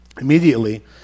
Immediately